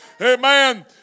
Amen